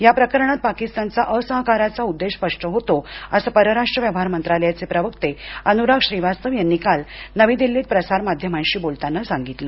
या प्रकरणात पाकिस्तानचा असहकाराचा उद्देश स्पष्ट होतो असं परराष्ट्र व्यवहार मंत्रालयाचे प्रवक्ते अनुराग श्रीवास्तव यांनी काल नवी दिल्लीत प्रसार माध्यमांशी बोलताना सांगितलं